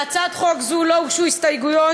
להצעת חוק זו לא הוגשו הסתייגויות,